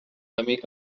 amic